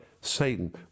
Satan